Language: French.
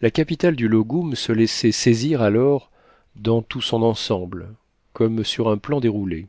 la capitale du loggoum se laissait saisir alors dans tout son ensemble comme sur un plan déroulé